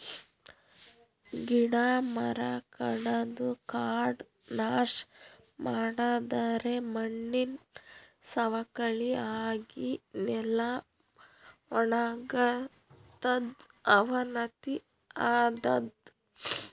ಗಿಡ ಮರ ಕಡದು ಕಾಡ್ ನಾಶ್ ಮಾಡಿದರೆ ಮಣ್ಣಿನ್ ಸವಕಳಿ ಆಗಿ ನೆಲ ವಣಗತದ್ ಅವನತಿ ಆತದ್